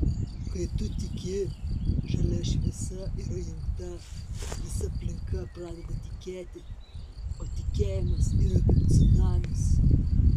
kai tu tiki žalia šviesa yra įjungta visa aplinka pradeda tikėti o tikėjimas yra kaip cunamis